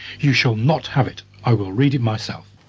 you shall not have it i will read it myself.